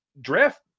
draft